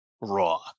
raw